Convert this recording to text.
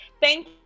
thank